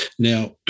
Now